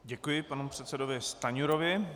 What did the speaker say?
Děkuji panu předsedovi Stanjurovi.